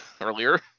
earlier